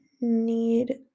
need